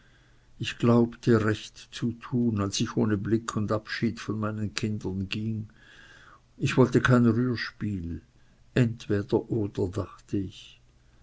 ich glaubte recht zu tun als ich ohne blick und abschied von meinen kindern ging ich wollte kein rührspiel entweder oder dacht ich